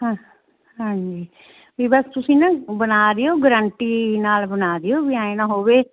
ਹਾਂਜੀ ਵੀ ਬਸ ਤੁਸੀਂ ਨਾ ਬਣਾ ਦਿਓ ਗਰੰਟੀ ਨਾਲ ਬਣਾ ਦਿਓ ਵੀ ਐਂਉਂ ਨਾ ਹੋਵੇ